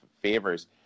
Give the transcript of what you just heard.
Favors